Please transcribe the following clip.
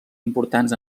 importants